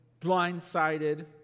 blindsided